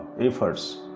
efforts